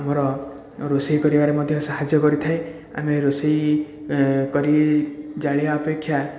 ଆମର ରୋଷେଇ କରିବାରେ ମଧ୍ୟ ସାହାଯ୍ୟ କରିଥାଏ ଆମେ ରୋଷେଇ କରି ଜାଣିବା ଅପେକ୍ଷା